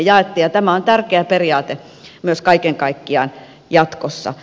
tämä on tärkeä periaate myös kaiken kaikkiaan jatkossa